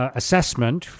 assessment